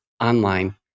online